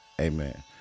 amen